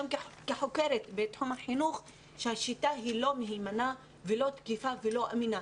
גם כחוקרת בתחום החינוך שהשיטה היא לא מהימנה ולא תקפה ולא אמינה.